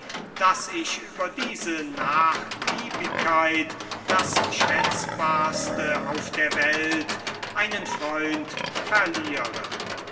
daß ich über diese nachgiebigkeit das schätzbarste auf der welt einen freund verliere